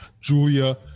Julia